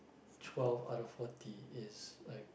twelve out of forty it's like